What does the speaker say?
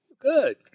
Good